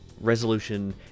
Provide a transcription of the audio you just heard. resolution